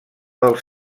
dels